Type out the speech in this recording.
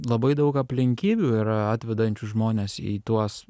labai daug aplinkybių yra atvedančių žmones į tuos